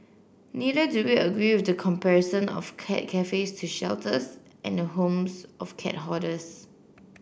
neither do we agree with the comparison of cat cafes to shelters and the homes of cat hoarders